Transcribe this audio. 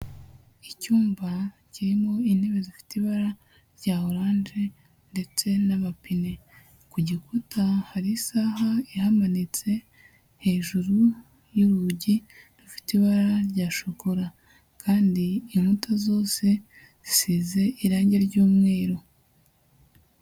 Icyumba kirimo intebe zifite ibara rya oranje ndetse n'amapine, ku gikuta hari isaha ihamanitse, hejuru y'urugi hafite ibara rya shokora kandi inkuta zose zisize irangi ry'umweru.